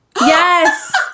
yes